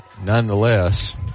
Nonetheless